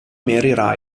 mary